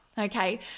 Okay